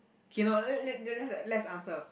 okay no l~ l~ let~ let's answer